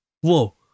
whoa